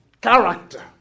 character